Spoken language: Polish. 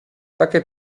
takie